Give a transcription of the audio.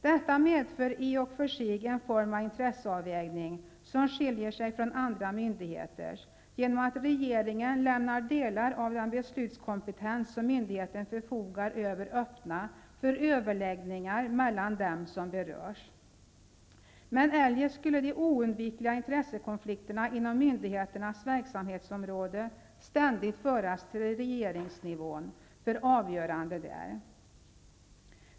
Detta medför i och för sig en form av intresseavvägning, som skiljer sig från andra myndigheters, genom att regeringen lämnar delar av den beslutskompetens som myndigheten förfogar över öppna för överläggningar mellan dem som berörs. Men eljest skulle de oundvikliga intressekonflikterna inom myndigheternas verksamhetsområde ständigt föras till regeringsnivån för avgörande där.